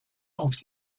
auf